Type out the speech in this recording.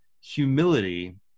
Humility